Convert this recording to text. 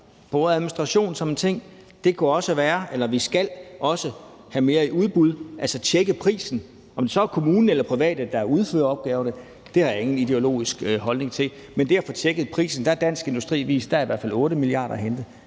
på administration som en af tingene. Vi skal også have mere i udbud, altså tjekke prisen. Om det så er kommunen eller private, der udfører opgaverne, har jeg ingen ideologisk holdning til, men i forhold til det at få tjekket prisen har Dansk Industri vist, at der i hvert fald er 8 mia. kr. at hente.